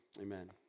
Amen